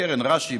בקרן רש"י,